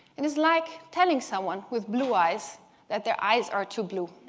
and it's like telling someone with blue eyes that their eyes are too blue.